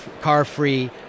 car-free